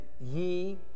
ye